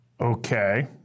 Okay